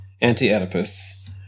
Anti-Oedipus